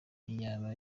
ntiyaba